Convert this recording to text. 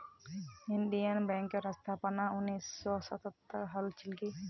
Indian बैंकेर स्थापना उन्नीस सौ सातत हल छिले